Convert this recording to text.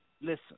listen